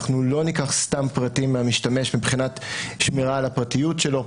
אנחנו לא ניקח סתם פרטים מהמשתמש מבחינת שמירה על הפרטיות שלו,